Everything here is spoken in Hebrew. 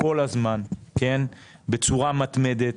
כל הזמן בצורה מתמדת,